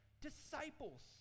disciples